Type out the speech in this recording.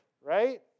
right